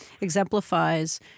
exemplifies